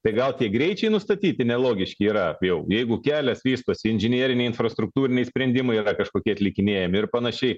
tai gal tie greičiui nustatyti nelogiški yra apie jeigu kelias vystosi inžinieriniai infrastruktūriniai sprendimai yra kažkokie atlikinėjami ir panašiai